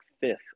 fifth